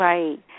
Right